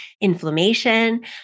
inflammation